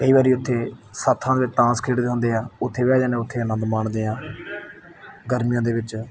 ਕਈ ਵਾਰੀ ਉੱਥੇ ਸੱਥਾਂ ਦੇ ਤਾਸ਼ ਖੇਡਦੇ ਹੁੰਦੇ ਆ ਉੱਥੇ ਬਹਿ ਜਾਂਦੇ ਉਥੇ ਆਨੰਦ ਮਾਣਦੇ ਹਾਂ ਗਰਮੀਆਂ ਦੇ ਵਿੱਚ